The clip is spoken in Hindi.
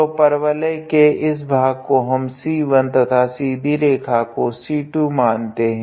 तो परवलय के इस भाग को हम C1 तथा सीधी रेखा को C2 मानते है